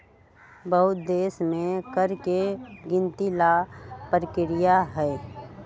बहुत देश में कर के गिनती ला परकिरिया हई